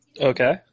Okay